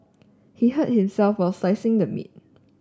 he hurt himself while slicing the meat